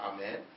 Amen